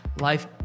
Life